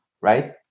right